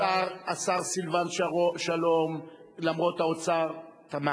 השר סילבן שלום, למרות האוצר, תמך,